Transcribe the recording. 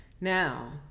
Now